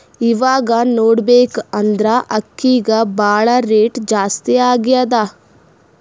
ಇವಾಗ್ ನೋಡ್ಬೇಕ್ ಅಂದ್ರ ಅಕ್ಕಿಗ್ ಭಾಳ್ ರೇಟ್ ಜಾಸ್ತಿ ಆಗ್ಯಾದ